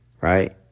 right